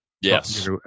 yes